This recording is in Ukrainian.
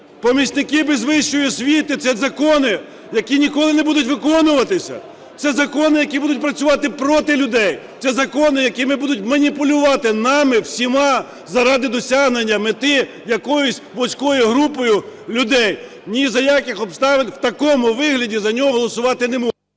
Помічники без вищої освіти - це закони, які ніколи не будуть виконуватися, це закони, які будуть працювати проти людей, це закони, якими будуть маніпулювати нами всіма заради досягнення мети якоюсь вузькою групою людей. Ні за яких обставин в такому вигляді за нього голосувати не…